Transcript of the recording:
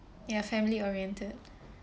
ya family-oriented